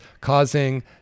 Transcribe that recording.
causing